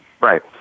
Right